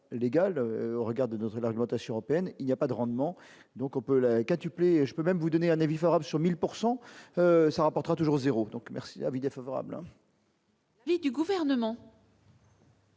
au regard de notre l'argumentation européenne il n'y a pas de rendement, donc on peut la quintuplé et je peux même vous donner un avis favorable sur 1000 pourcent ça rapportera toujours 0 donc merci avis défavorable.